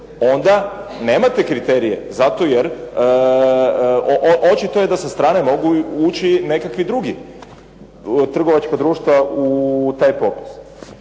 onda nemate kriterije zato jer očito je da sa strane mogu ući i nekakvi drugi trgovačka društva u taj popis.